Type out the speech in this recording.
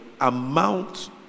amount